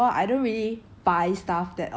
what would I not want ah